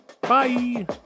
Bye